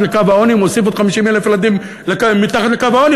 לקו העוני ומוסיף עוד 50,000 ילדים מתחת לקו העוני.